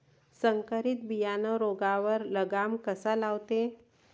संकरीत बियानं रोगावर लगाम कसा लावते?